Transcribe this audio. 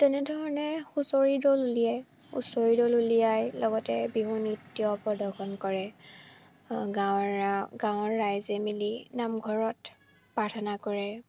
তেনেধৰণে হুঁচৰি দল উলিয়াই হুঁচৰি দল উলিয়াই লগতে বিহু নৃত্য প্ৰদৰ্শন কৰে গাঁৱৰ গাঁৱৰ ৰাইজে মিলি নামঘৰত প্ৰাৰ্থনা কৰে